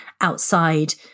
outside